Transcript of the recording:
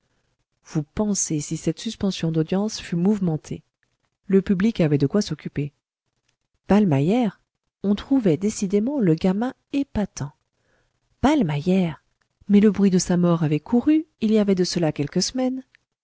vous pensez si cette suspension d'audience fut mouvementée le public avait de quoi s'occuper ballmeyer on trouvait décidément le gamin épatant ballmeyer mais le bruit de sa mort avait couru il y avait de cela quelques semaines